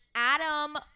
Adam